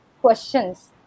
questions